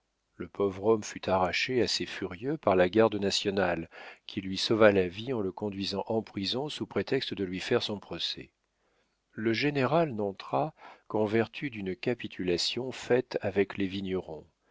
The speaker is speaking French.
le pauvre homme fut arraché à ces furieux par la garde nationale qui lui sauva la vie en le conduisant en prison sous prétexte de lui faire son procès le général n'entra qu'en vertu d'une capitulation faite avec les vignerons